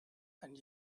and